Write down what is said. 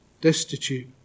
Destitute